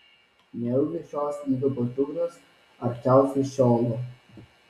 nejaugi šios įdubos dugnas arčiausiai šeolo